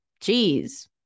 cheese